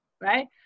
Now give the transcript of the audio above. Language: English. right